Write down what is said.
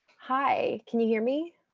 hi. can you hear me?